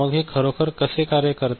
मग हे खरोखर कसे कार्य करते